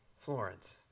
Florence